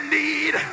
need